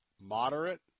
moderate